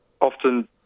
often